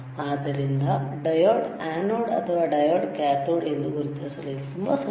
ಆದ್ದರಿಂದ diode anode ಅಥವಾ diode cathode ಎಂದು ಗುರುತಿಸಲು ಇದು ತುಂಬಾ ಸುಲಭ